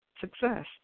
success